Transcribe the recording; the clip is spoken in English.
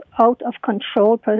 out-of-control